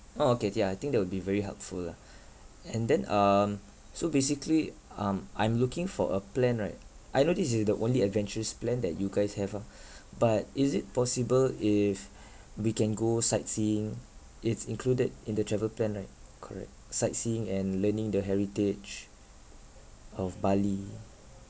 orh okay t~ yeah I think that will be very helpful lah and then um so basically um I'm looking for a plan right I know this is the only adventurous plan that you guys have ah but is it possible if we can go sightseeing it's included in the travel plan right correct sightseeing and learning the heritage of bali